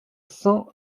cent